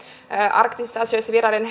arktisissa asioissa vierailin